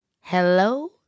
Hello